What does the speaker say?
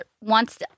wants